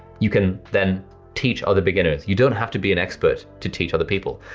you can then teach other beginners, you don't have to be an expert to teach other people.